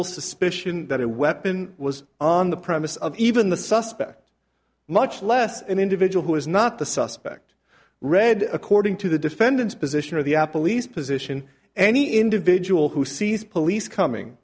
e suspicion that a weapon was on the premises of even the suspect much less an individual who is not the suspect read according to the defendant's position of the apple e's position any individual who sees police coming